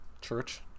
church